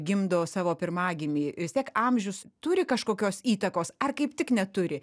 gimdo savo pirmagimį vis tiek amžius turi kažkokios įtakos ar kaip tik neturi